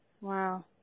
Wow